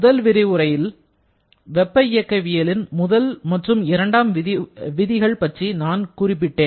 முந்தைய விரிவுரையில் வெப்ப இயக்கவியலின் முதல் மற்றும் இரண்டாம் விதிகள் பற்றி நான் குறிப்பிட்டேன்